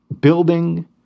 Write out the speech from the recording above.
building